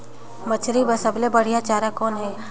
मछरी बर सबले बढ़िया चारा कौन हे?